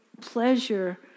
pleasure